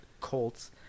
colts